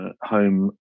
home